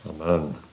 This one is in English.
Amen